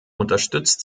unterstützt